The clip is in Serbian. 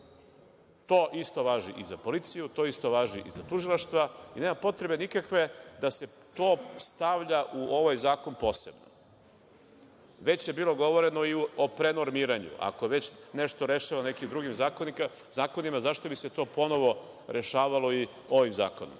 To isto važi i za policiju. To isto važi i za tužilaštva. Nema nikakve potrebe da se to stavlja u ovaj zakon posebno. Već je bilo reči o prenormiranju. Ako se već rešava nešto nekim drugim zakonima, zašto bi se to ponovo rešavalo i ovim zakonom?